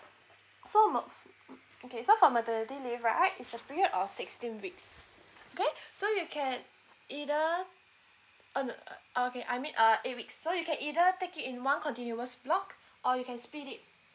so ma~ so for maternity leave right is a period of sixteen weeks okay so you can either uh okay I mean uh eight weeks so you can either take it in one continuous block or you can split it